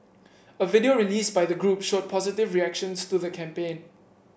a video released by the group showed positive reactions to the campaign